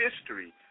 history